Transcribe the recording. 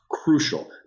crucial